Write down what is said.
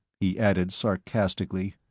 he added sarcastically,